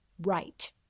right